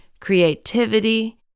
creativity